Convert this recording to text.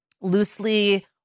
loosely